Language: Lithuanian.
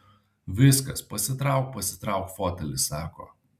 viskas pasitrauk pasitrauk fotelį sako